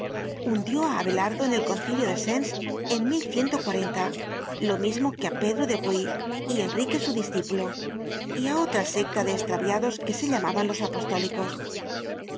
hundió á abelardo en el concilio de sens en h lo mismo que á pedro de bruys y enrique su discípulo y á otra secta de estraviados que se llamaban los apostólicos